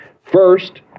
First